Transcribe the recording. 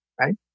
right